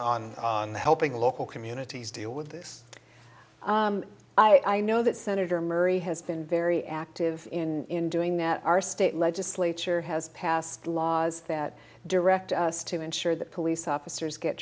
yes on helping local communities deal with this i know that senator murray has been very active in doing that our state legislature has passed laws that direct us to ensure that police officers get